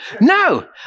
no